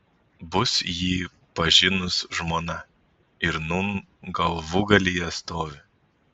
bus jį pažinus žmona ir nūn galvūgalyje stovi